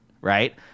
right